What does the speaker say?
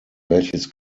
welches